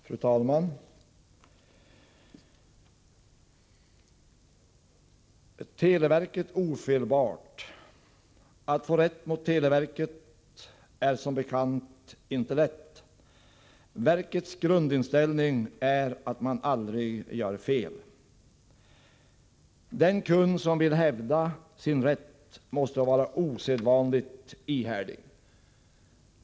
Fru talman! Är televerket ofelbart? Att få rätt mot televerket är som bekant inte lätt. Verkets grundinställning är att man aldrig gör fel. Den kund som vill hävda sin rätt måste vara osedvanligt ihärdig.